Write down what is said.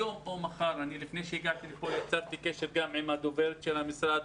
היום או מחר לפני שהגעתי לכאן יצרתי קשר גם עם הדוברת של המשרד,